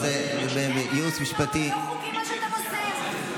זה לא חוקי מה שאתם עושים.